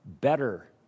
better